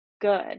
good